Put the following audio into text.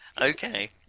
Okay